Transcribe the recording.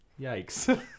Yikes